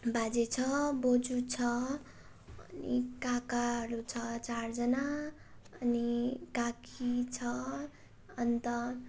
बाजे छ बोजू छ अनि काकाहरू छ चारजना अनि काकी छ अन्त